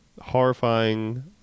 horrifying